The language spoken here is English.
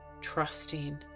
trusting